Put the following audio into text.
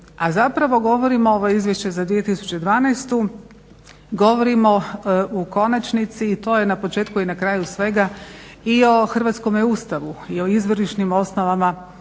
a zapravo govorimo ovo izvješće za 2012.govorimo o konačnici i to je na početku i na kraju svega i o hrvatskome Ustavu i o izvorišnim osnovama hrvatskoga